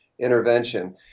intervention